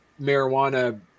marijuana